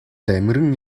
дамиран